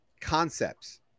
concepts